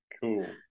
Cool